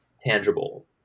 tangible